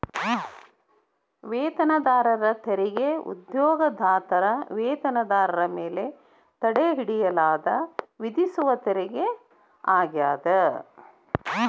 ವೇತನದಾರರ ತೆರಿಗೆ ಉದ್ಯೋಗದಾತರ ವೇತನದಾರರ ಮೇಲೆ ತಡೆಹಿಡಿಯಲಾದ ವಿಧಿಸುವ ತೆರಿಗೆ ಆಗ್ಯಾದ